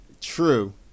True